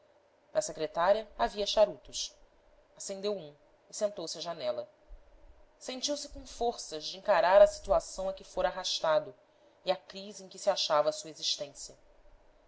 na secretária havia charutos acendeu um e sentou-se à janela sentiu-se com forças de encarar a situação a que fora arrastado e a crise em que se achava sua existência